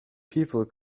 people